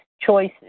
choices